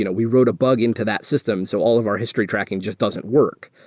you know we wrote a bug into that system, so all of our history tracking just doesn't work.